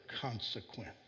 consequence